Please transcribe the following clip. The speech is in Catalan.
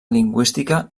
lingüística